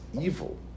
evil